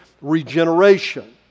regeneration